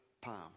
palm